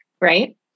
right